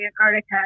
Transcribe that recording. Antarctica